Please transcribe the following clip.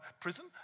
prison